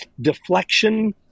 deflection